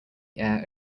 air